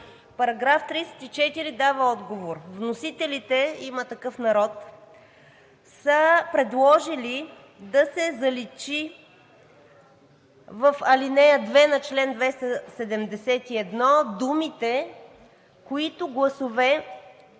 Параграф 34 дава отговор. Вносителите „Има такъв народ“ са предложили да се заличи в ал. 2 на чл. 271 думите „които гласове